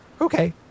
Okay